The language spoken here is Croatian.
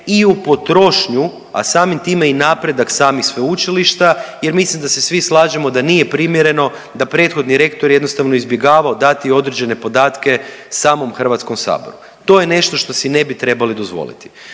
i u potrošnju, a samim time i napredak samih sveučilišta jer mislim da se svi slažemo da nije primjereno da prethodni rektor je jednostavno izbjegavao dati određene podatke samom HS-u. To je nešto što si ne bi trebali dozvoliti.